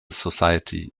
society